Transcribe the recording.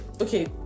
okay